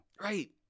Right